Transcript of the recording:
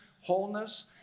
wholeness